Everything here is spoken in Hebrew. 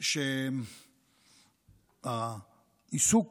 שהעיסוק